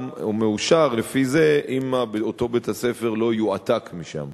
או מאושר לפי זה אם אותו בית-הספר לא יועתק משם.